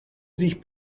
sich